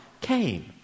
came